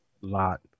Lot